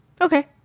Okay